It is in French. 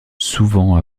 souvent